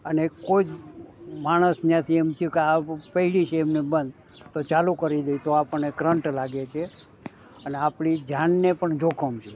અને કોઈ માણસ ત્યાંથી એમ થયું કે આ પડી છે એમનેમ બંધ તો ચાલુ કરી દઈએ તો આપણને કરંટ લાગે છે અને આપણી જાનને પણ જોખમ છે